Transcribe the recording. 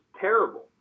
terrible